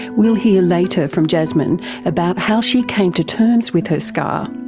we'll hear later from jasmine about how she came to terms with her scar.